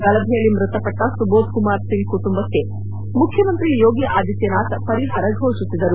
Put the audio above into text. ಗಲಭೆಯಲ್ಲಿ ಮೃತಪಟ್ಟ ಸುಬೋಧ್ ಕುಮಾರ್ ಸಿಂಗ್ ಕುಟುಂಬಕ್ಕೆ ಮುಖ್ಯಮಂತ್ರಿ ಯೋಗಿ ಆದಿತ್ಲನಾಥ್ ಪರಿಹಾರ ಘೋಷಿಸಿದರು